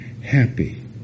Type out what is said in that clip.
happy